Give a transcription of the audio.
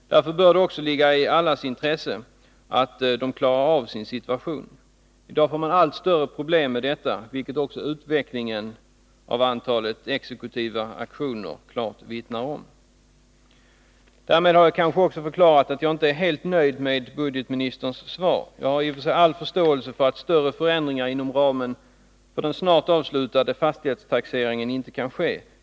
Därför bör det också ligga i allas intresse att de klarar av situationen. I dag får man allt större problem att göra det, vilket också utvecklingen när det gäller antalet exekutiva auktioner klart vittnar om. Därmed har jag kanske också förklarat att jag inte är helt nöjd med budgetministerns svar. Jag har i och för sig all förståelse för att större förändringar inom ramen för den snart avslutade fastighetstaxeringen inte kan ske.